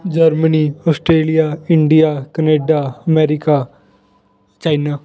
Germany Australia India Canada America China